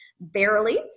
barely